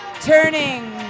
turning